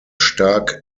stark